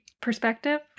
perspective